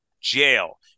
jail